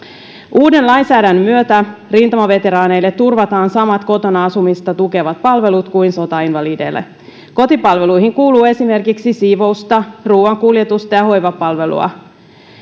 uuden lainsäädännön myötä rintamaveteraaneille turvataan samat kotona asumista tukevat palvelut kuin sotainvalideille kotipalveluihin kuuluu esimerkiksi siivousta ruoankuljetusta ja hoivapalvelua